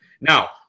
Now